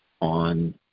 on